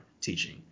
teaching